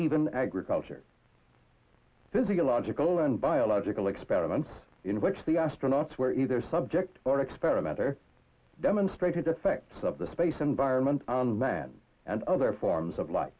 even agriculture physiological and biological experiments in which the astronauts were either subject or experiment or demonstrated effects of the space environment on man and other forms of li